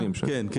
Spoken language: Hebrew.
כן.